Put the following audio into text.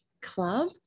club